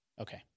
Okay